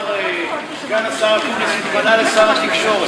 שסגן השר אקוניס התמנה לשר התקשורת.